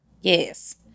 Yes